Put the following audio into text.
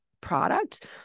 product